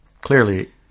clearly